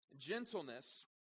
gentleness